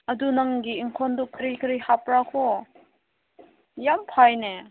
ꯑꯗꯨ ꯅꯪꯒꯤ ꯏꯪꯈꯣꯜꯗꯨ ꯀꯔꯤ ꯀꯔꯤ ꯍꯥꯞꯄ꯭ꯔꯥꯀꯣ ꯌꯥꯝ ꯐꯩꯅꯦ